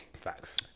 Facts